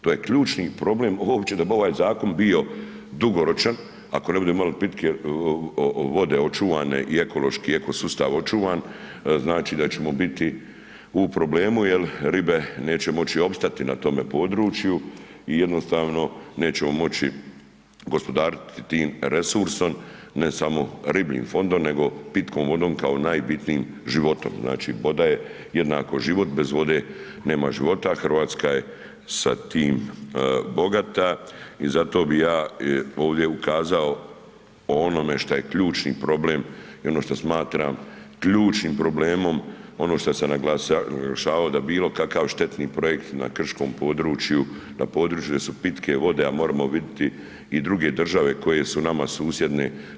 To je ključni problem uopće da bi ovaj zakon bio dugoročan ako ne budemo imali pitke vode očuvane i ekološki, ekosustav očuvan, znači da ćemo biti u problemu jer ribe neće moći opstati na tome području i jednostavno nećemo moći gospodariti tim resursom, ne samo ribljim fondom nego pitkom vodom kao najbitnijim životom, znači voda je jedna život, bez vode nema života, Hrvatska je sa tim bogata i zato bi ja ovdje ukazao po onome šta je ključni problem i ono što smatram ključnim problemom, ono šta sam naglašavao da bilokakav štetni projekt na krškom području, na području gdje su pitke vode a moramo vidjeti i druge države koje su nama susjedne.